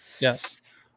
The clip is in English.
yes